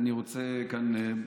אני רוצה כאן,